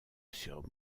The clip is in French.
sur